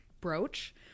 brooch